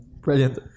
Brilliant